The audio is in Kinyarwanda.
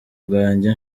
bwanjye